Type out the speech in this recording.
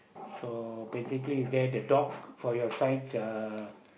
so basically is there the dog for your side uh